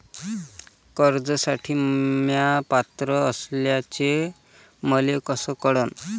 कर्जसाठी म्या पात्र असल्याचे मले कस कळन?